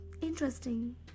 Interesting